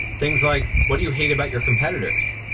things like, what do you hate about your competitors?